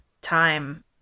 time